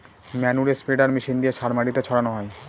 ম্যানুরে spreader machine দিয়ে সার মাটিতে ছড়ানো হয়